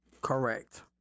Correct